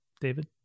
David